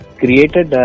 created